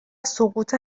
سقوط